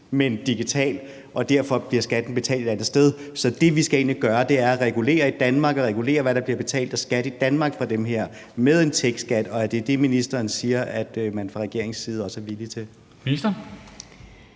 men digitalt, og derfor bliver skatten betalt et andet sted. Så det, vi skal ind og gøre med en techskat, er at regulere, hvad der bliver betalt af skat i Danmark fra de her selskaber. Er det det, ministeren siger at man fra regeringens side også er villig til? Kl.